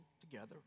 together